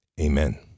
Amen